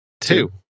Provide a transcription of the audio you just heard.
two